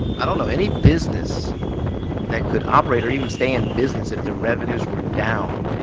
i don't know any business that could operate or even stay in business if their revenues were down